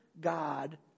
God